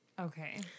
Okay